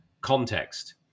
context